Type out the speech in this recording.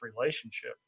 relationship